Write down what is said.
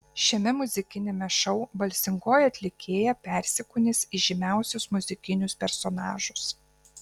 šiame muzikiniame šou balsingoji atlikėja persikūnys į žymiausius muzikinius personažus